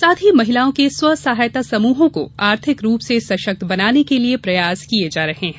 साथ ही महिलाओं के स्व सहायता समूहों को आर्थिक रूप से सश्क्त बनाने के लिये प्रयास किये जा रहे है